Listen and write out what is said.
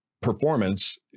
performance